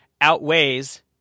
outweighs